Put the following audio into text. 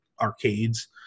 arcades